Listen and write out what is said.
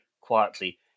quietly